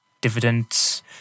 dividends